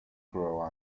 grow